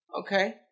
Okay